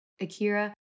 Akira